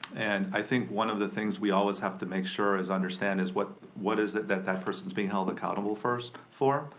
and i think one of the things we always have to make sure is understand is what what is it that that person's being held accountable for.